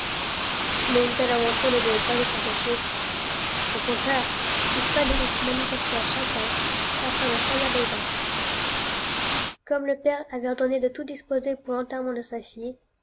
mais une telle aventure ne devait pas être cachée au contraire il fallait qu'elle fut manifestée à chacun afin de servir d'exemple comme le père avait ordonné de tout disposer pour l'enterrement de sa fille